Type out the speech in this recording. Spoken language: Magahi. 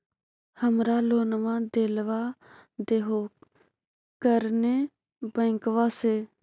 हमरा लोनवा देलवा देहो करने बैंकवा से?